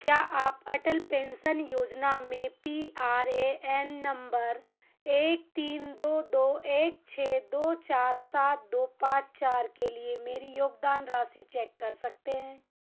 क्या आप अटल पेंशन योजना में P R A N number एक तीन दो दो एक छः दो चार सात दो पाँच चार के लिए मेरी योगदान राशि चेक कर सकते हैं